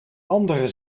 andere